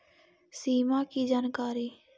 सिमा कि जानकारी?